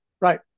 Right